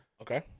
Okay